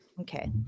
Okay